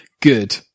good